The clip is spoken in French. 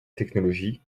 technologie